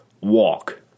Walk